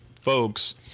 folks